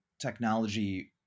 technology